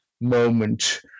moment